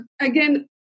again